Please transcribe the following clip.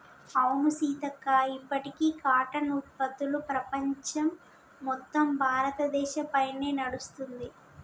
అవును సీతక్క ఇప్పటికీ కాటన్ ఉత్పత్తులు ప్రపంచం మొత్తం భారతదేశ పైనే నడుస్తుంది